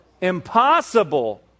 impossible